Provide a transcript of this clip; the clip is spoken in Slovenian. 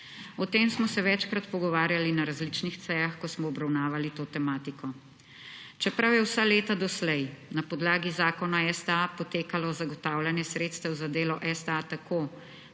O tem smo se večkrat pogovarjali na različnih sejah, ko smo obravnavali to tematiko. Čeprav je vsa leta doslej na podlagi Zakona o STA potekalo zagotavljanje sredstev za delo STA tako,